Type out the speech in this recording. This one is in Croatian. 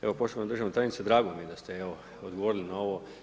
Evo, poštovana državna tajnice, drago mi je da ste, evo, odgovorili na ovo.